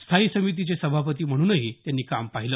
स्थायी समितीचे सभापती म्हणूनही त्यांनी काम पाहिलं